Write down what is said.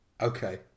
okay